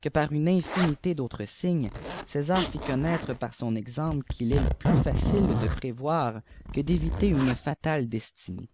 que par uîie infinité d'autres signes césieir fit connaître par son exemple qu'il est plus facile de prévoir que d'éviter une fatale destinée